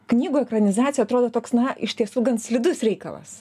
knygų ekranizacija atrodo toks na iš tiesų gan slidus reikalas